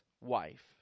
wife